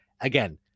Again